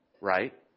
right